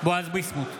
בועז ביסמוט,